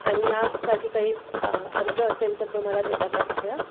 आणि यासाठी काही अर्ज असेल तर तो मला देता का कृपया